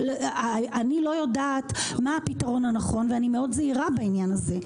אני לא יודעת מה הפתרון הנכון ואני מאוד זהירה בעניין הזה.